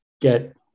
get